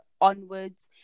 onwards